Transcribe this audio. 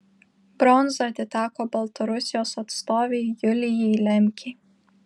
bronza atiteko baltarusijos atstovei julijai lemkei